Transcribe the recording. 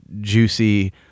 juicy